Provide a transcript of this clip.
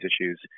issues